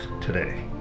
today